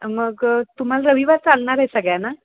मग तुम्हाला रविवार चालणार आहे सगळ्यांना